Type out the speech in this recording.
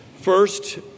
First